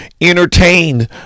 entertain